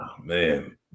man